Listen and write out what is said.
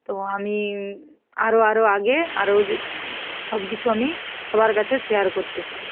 তো আমি আরও আরও আগে আরও যে সব কিছু আমি সবার কাছে শেয়ার করতে চাই